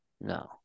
No